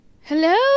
Hello